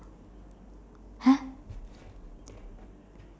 !huh!